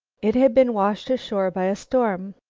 it had been washed ashore by a storm.